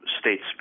states